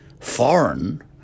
foreign